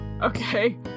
Okay